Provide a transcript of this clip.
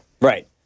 Right